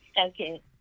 Okay